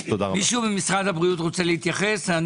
יש מישהו במשרד הבריאות שיכול